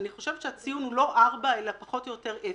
אני חושבת שהציון הוא לא 4 אלא פחות או יותר אפס.